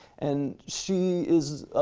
and she is